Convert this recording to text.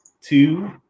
two